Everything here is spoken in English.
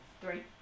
Three